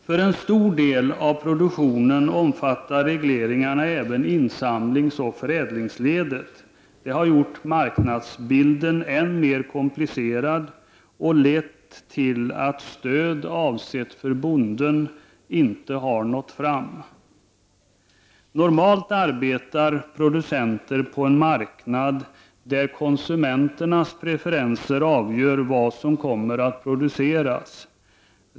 För en stor del av produktionen omfattar regleringen även insamlingsoch förädlingsledet. Det har gjort marknadsbilden än mer komplicerad och har lett till att stöd avsett för bonden inte har nått fram. Normalt arbetar producenter på en marknad där konsumenternas preferenser avgör vad som kommer att produceras.